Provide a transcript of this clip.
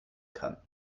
kann